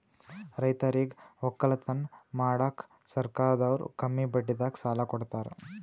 ರೈತರಿಗ್ ವಕ್ಕಲತನ್ ಮಾಡಕ್ಕ್ ಸರ್ಕಾರದವ್ರು ಕಮ್ಮಿ ಬಡ್ಡಿದಾಗ ಸಾಲಾ ಕೊಡ್ತಾರ್